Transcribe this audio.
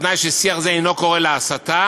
בתנאי ששיח זה אינו קורא להסתה,